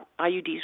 IUDs